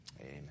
Amen